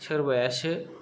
सोरबायासो